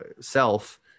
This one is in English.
self